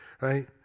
Right